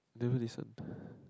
never listen